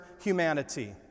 humanity